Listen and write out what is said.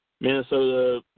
Minnesota